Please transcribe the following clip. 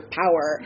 power